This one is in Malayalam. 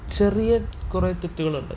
ചെറിയ കുറെ തെറ്റുകളുണ്ട്